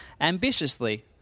ambitiously